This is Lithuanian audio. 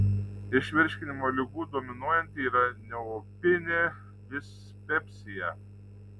iš virškinimo ligų dominuojanti yra neopinė dispepsija